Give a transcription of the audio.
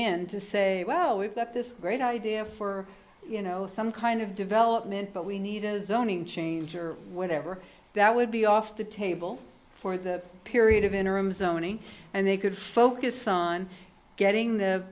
in to say well we've got this great idea for you know some kind of development but we need a zoning change or whatever that would be off the table for the period of interim zoning and they could focus on getting the